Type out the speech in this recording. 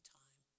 time